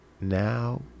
Now